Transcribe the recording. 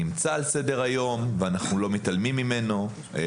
נמצא על סדר היום ואנחנו לא מתעלמים ממנו.